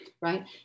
right